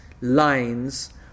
lines